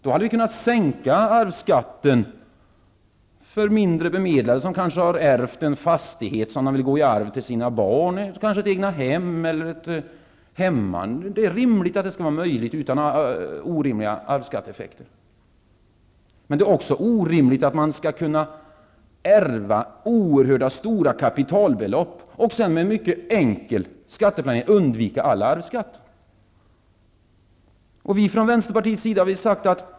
Då hade vi kunnat sänka arvsskatten för mindre bemedlade som kanske har ärvt en fastighet som de vill låta gå i arv till sina barn, kanske ett egnahem eller ett hemman. Det borde vara möjligt utan orimliga arvsskatteeffekter. Men det är också orimligt att man skall kunna ärva oerhört stora kapitalbelopp och sedan med en mycket enkel skatteplanering undvika all arvsskatt.